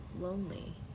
lonely